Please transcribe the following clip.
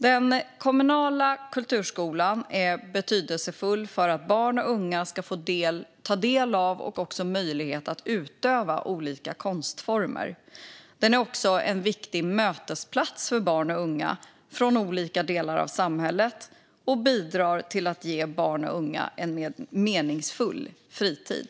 Den kommunala kulturskolan är betydelsefull för att barn och unga ska få ta del av och även ges möjlighet att utöva olika konstformer. Den är också en viktig mötesplats för barn och unga från olika delar av samhället, och den bidrar till att ge barn och unga en meningsfull fritid.